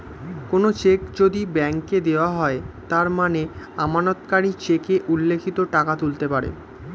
কোনো চেক যদি ব্যাংকে দেওয়া হয় তার মানে আমানতকারী চেকে উল্লিখিত টাকা তুলতে পারে